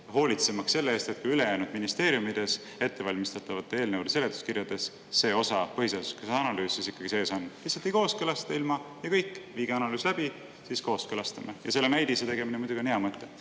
hoolitsemaks selle eest, et ka ülejäänud ministeeriumides ettevalmistatavate eelnõude seletuskirjades see osa, põhiseaduslikkuse analüüs, ikkagi sees on. Lihtsalt ei kooskõlasta ilma ja kõik. Viige analüüs läbi, siis kooskõlastame. Selle näidise tegemine muidugi on hea mõte.